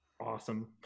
awesome